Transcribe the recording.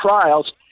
trials